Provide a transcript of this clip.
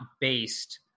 based